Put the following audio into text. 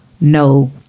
no